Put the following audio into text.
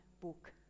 book